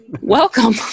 Welcome